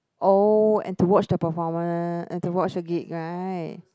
oh and to watch the performance and to watch the gig right